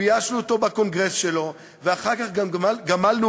ביישנו אותו בקונגרס שלו ואחר כך גם גמלנו